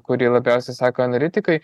kurį labiausiai seka analitikai